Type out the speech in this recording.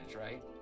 right